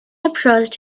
approached